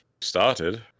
started